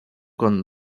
con